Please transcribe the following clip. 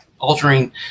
altering